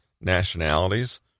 nationalities